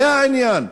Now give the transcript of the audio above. זה העניין,